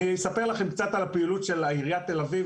אני אספר לכם קצת על הפעילות של עיריית תל אביב,